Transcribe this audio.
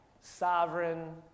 sovereign